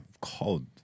Cold